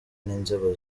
n’inzego